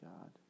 God